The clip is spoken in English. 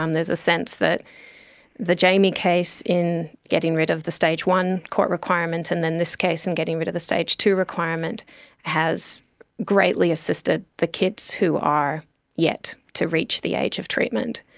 um there's a sense that the jamie case in getting rid of the stage one court requirement and then this case in getting rid of the stage two requirement has greatly assisted the kids who are yet to reach the age of treatment.